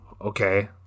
okay